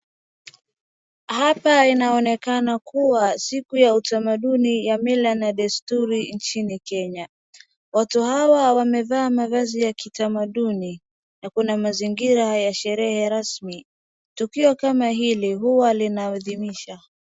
Hapa inaonekana kuwa siku ya utamanduni ya mila na desturi nchini Kenya. Watu hawa wamevaa mavazi ya kitamanduni na kuna mazingira ya sherehe rasmi. Tukio kama hili hua linaadhimisha.